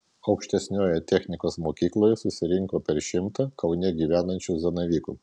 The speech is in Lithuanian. aukštesniojoje technikos mokykloje susirinko per šimtą kaune gyvenančių zanavykų